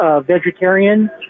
vegetarian